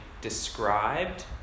described